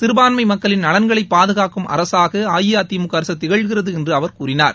சிறுபான்மை மக்களின் நலன்களை பாதுகாக்கும் அரசாக அஇஅதிமுக அரசு திகழ்கிறது என்று அவர் கூறினார்